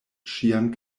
ŝian